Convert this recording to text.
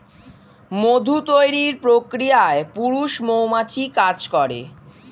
মধু তৈরির প্রক্রিয়ায় পুরুষ মৌমাছি কাজ করে